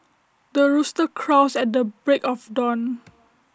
the rooster crows at the break of dawn